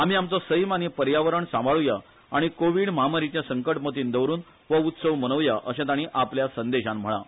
आमी आमचो सैम आनी पर्यावरण सांबाळूया आनी कोविड म्हामारिचे संकट मतीन दवरून हो उत्सव मनोवया अशे ताणी आपल्या संदेशान म्हळा